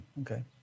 Okay